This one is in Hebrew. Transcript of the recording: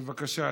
בבקשה,